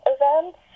events